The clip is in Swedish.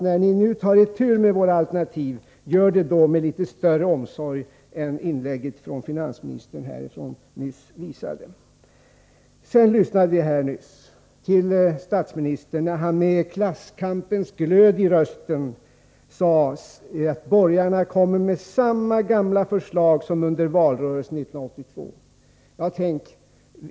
När ni nu tar itu med våra alternativ, gör det då med litet större omsorg än inlägget från finansministern nyss visade. Jag lyssnade för en stund sedan till statsministern, när han med klasskampens glöd i rösten sade att borgarna kommer med samma gamla förslag som under valrörelsen 1982. Ja, tänk!